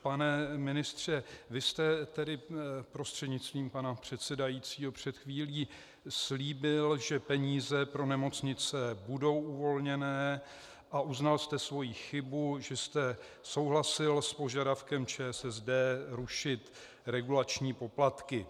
Pane ministře prostřednictvím pana předsedajícího, vy jste před chvílí slíbil, že peníze pro nemocnice budou uvolněné, a uznal jste svoji chybu, že jste souhlasil s požadavkem ČSSD rušit regulační poplatky.